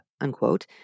unquote